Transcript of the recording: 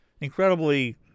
incredibly